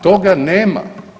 Toga nema.